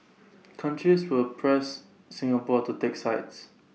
countries will press Singapore to take sides